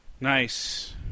Nice